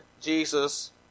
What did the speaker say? Jesus